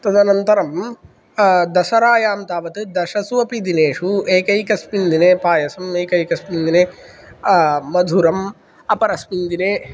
तदनन्तरं दसरायां तावत् दशषु अपि दिनेषु एकैकस्मिन् दिने पायसम् एकैकस्मिन् दिने मधुरम् अपरस्मिन् दिने